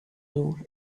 you